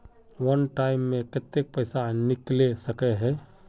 वन time मैं केते पैसा निकले सके है?